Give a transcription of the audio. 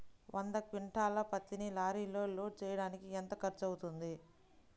వంద క్వింటాళ్ల పత్తిని లారీలో లోడ్ చేయడానికి ఎంత ఖర్చవుతుంది?